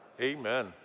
amen